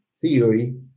theory